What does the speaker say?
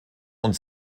und